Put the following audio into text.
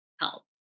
help